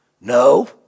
No